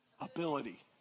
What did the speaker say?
ability